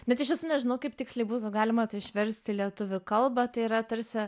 net iš viso nežinau kaip tiksliai būtų galima tai išverst į lietuvių kalbą tai yra tarsi